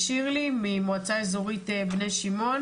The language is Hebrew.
את שירלי מהמועצה האזורית בני שמעון